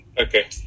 Okay